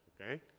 okay